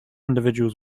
individuals